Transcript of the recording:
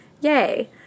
Yay